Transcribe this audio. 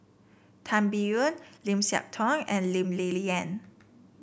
Tan Biyun Lim Siah Tong and Lee Ling Yen